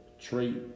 trait